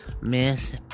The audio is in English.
Miss